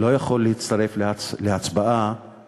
לא יכול להצטרף להצבעה